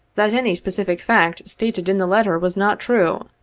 that any specific fact stated in the letter was not true.